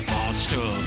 Monster